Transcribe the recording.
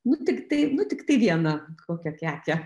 nu tiktai nu tiktai vieną kokią kekę